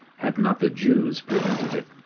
had not the jews prevented it.